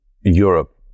Europe